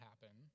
happen